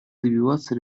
добиваться